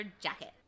jacket